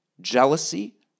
jealousy